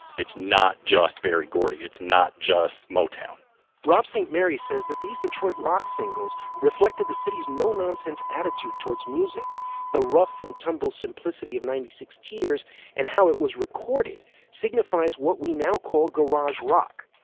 it's not just berry gordy it's not just motown rob st. mary says that these detroit rock singles reflected the city's no nonsense attitude towards music the rough and tumble simplicity of ninety six tears and how it was recorded signifies what we now call garage rock.